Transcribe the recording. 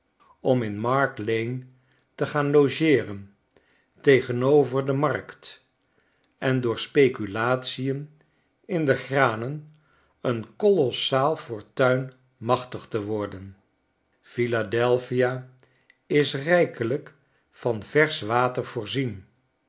om in mark lane te gaan logeeren tegenover de markt en door speculation in de granen een kolossaal fortuin machtig te worden philadelphia is rijkelijk van versch water voorzien